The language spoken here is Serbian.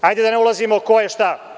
Hajde da ne ulazimo ko je šta.